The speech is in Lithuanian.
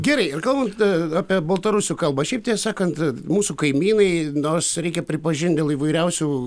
gerai ir kalbant apie baltarusių kalbą šiaip tiesa sakant mūsų kaimynai nors reikia pripažinti dėl įvairiausių